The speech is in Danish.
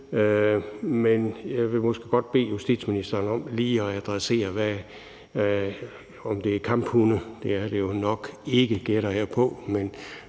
Men jeg vil måske godt bede justitsministeren om lige at adressere, om det er kamphunde – det er det jo nok ikke, gætter jeg på